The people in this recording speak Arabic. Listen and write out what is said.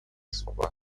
صباح